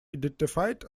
identified